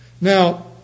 Now